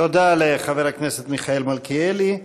תודה רבה לחבר הכנסת מיכאל מלכיאלי.